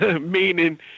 meaning